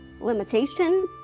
limitation